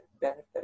benefit